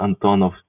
Antonov